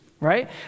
right